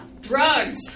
Drugs